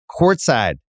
courtside